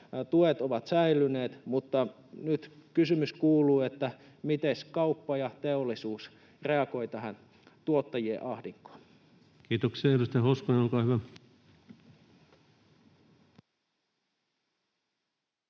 tuet ovat säilyneet, mutta nyt kysymys kuuluu, että mitenkäs kauppa ja teollisuus reagoivat tähän tuottajien ahdinkoon. [Speech